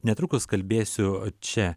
netrukus kalbėsiu čia